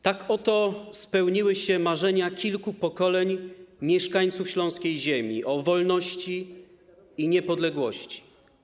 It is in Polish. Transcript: Tak oto spełniły się marzenia kilku pokoleń mieszkańców śląskiej ziemi o wolności i niepodległości.